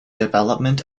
development